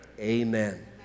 Amen